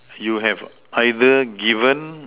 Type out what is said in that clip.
you have either given